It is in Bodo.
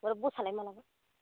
आरो बसआलाय मालाबा